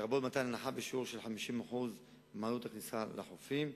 לרבות מתן הנחה בשיעור של 50% מעלות הכניסה לחופים.